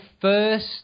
first